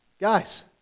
Guys